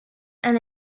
and